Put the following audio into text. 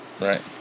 Right